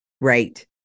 Right